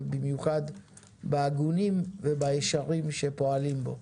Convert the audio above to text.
ובמיוחד בהגונים ובישרים שפועלים בו.